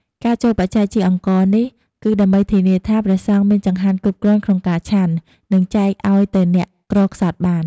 ការចូលបច្ច័យជាអង្ករនេះ គឺដើម្បីធានាថាព្រះសង្ឃមានចង្ហាន់គ្រប់គ្រាន់ក្នុងការឆាន់ និងចែកអោយទៅអ្នកក្រខ្សត់បាន។